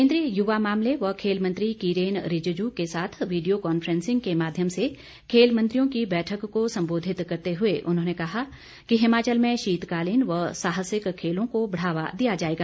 केंद्रीय युवा मामले व खेल मंत्री किरेन रिजिजू के साथ वीडियो कांफ्रेंसिंग के माध्यम से खेल मंत्रियों की बैठक को संबोधित करते हुए उन्होंने कहा कि हिमाचल में शीतकालीन व साहसिक खेलो को बढ़ावा दिया जाएगा